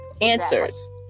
answers